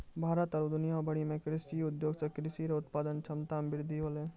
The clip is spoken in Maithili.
भारत आरु दुनिया भरि मे कृषि उद्योग से कृषि रो उत्पादन क्षमता मे वृद्धि होलै